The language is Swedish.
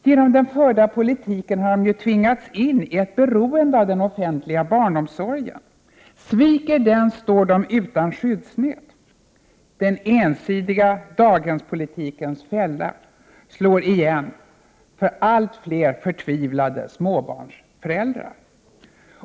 Genom den förda politiken har de ju tvingats in i ett beroende av den offentliga barnomsorgen. Sviker den, står de utan skyddsnät. Den ensidiga daghemspolitikens fälla slår igen för allt fler förtvivlade småbarnsföräldrar.